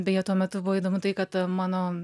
beje tuo metu buvo įdomu tai kad mano